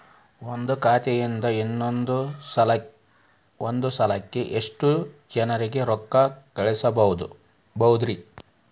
ಒಂದ್ ಖಾತೆಯಿಂದ, ಒಂದ್ ಸಲಕ್ಕ ಎಷ್ಟ ಜನರಿಗೆ ರೊಕ್ಕ ಕಳಸಬಹುದ್ರಿ?